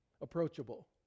approachable